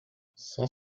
cent